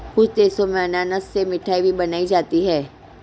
कुछ देशों में अनानास से मिठाई भी बनाई जाती है